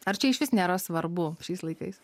ar čia išvis nėra svarbu šiais laikais